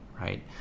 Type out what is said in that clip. right